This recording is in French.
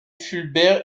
fulbert